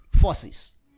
forces